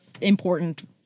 important